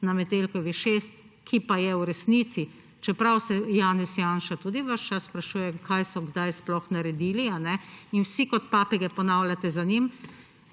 na Metelkovi 6, ki pa je v resnici, čeprav se Janez Janša tudi ves čas sprašuje, kaj so kdaj sploh naredili in vsi kot papige ponavljate za njim,